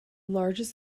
largest